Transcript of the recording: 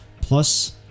plus